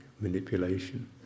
manipulation